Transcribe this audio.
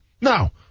Now